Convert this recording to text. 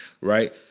right